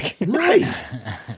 Right